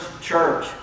church